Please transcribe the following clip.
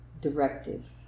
directive